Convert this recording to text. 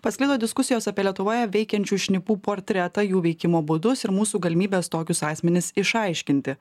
pasklido diskusijos apie lietuvoje veikiančių šnipų portretą jų veikimo būdus ir mūsų galimybes tokius asmenis išaiškinti